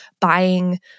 buying